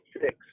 six